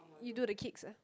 you do the kicks eh